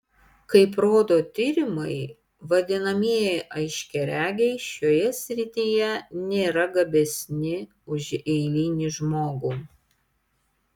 kaip rodo tyrimai vadinamieji aiškiaregiai šioje srityje nėra gabesni už eilinį žmogų